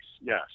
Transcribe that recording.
yes